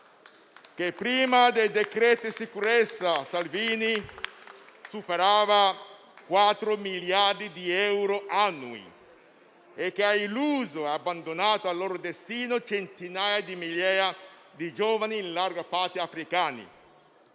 che, prima dei decreti-legge sicurezza Salvini, superavano i 4 miliardi di euro annui e che hanno illuso e abbandonato al loro destino centinaia di migliaia di giovani, in larga parte africani,